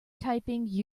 typing